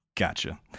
Gotcha